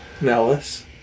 Nellis